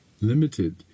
limited